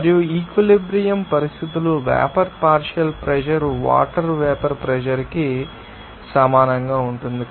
మరియు ఈక్విలిబ్రియం పరిస్థితులు vapour partial pressure water vapour pressure కి సమానంగా ఉంటుంది